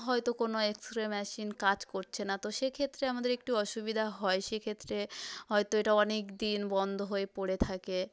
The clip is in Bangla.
হয়তো কোনো এক্স রে মেশিন কাজ করছে না তো সেক্ষেত্রে আমাদের একটু অসুবিধা হয় সেক্ষেত্রে হয়তো এটা অনেকদিন বন্ধ হয়ে পড়ে থাকে